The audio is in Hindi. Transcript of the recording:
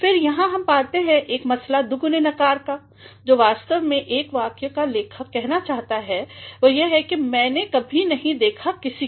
फिर यहाँहम पाते हैं एक मसला दुगुनेनकार का जो वास्तव में एक वाक्य का लेखक कहना चाहता है कि मैने कभी नहीं देखा किसी को